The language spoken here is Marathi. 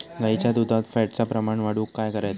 गाईच्या दुधात फॅटचा प्रमाण वाढवुक काय करायचा?